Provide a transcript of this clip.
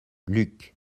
luc